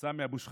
סמי אבו שחאדה,